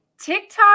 TikTok